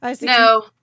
No